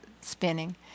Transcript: spinning